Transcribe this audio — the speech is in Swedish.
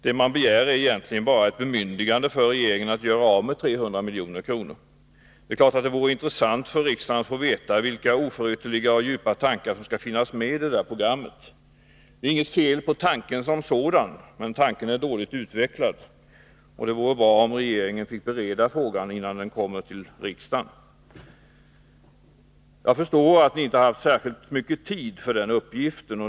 Det som begärs är egentligen bara ett bemyndigande för regeringen att göra av med 300 milj.kr. Det är klart att det vore intressant för riksdagen att få veta vilka oförytterliga och djupa tankar som skall finnas med i detta program. Det är inget fel på idén som sådan, men den är dåligt utvecklad. Det vore bra om regeringen fick bereda frågan innan den kommer till riksdagen. Jag förstår att ni inte har haft särskilt mycket tid för denna uppgift.